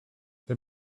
they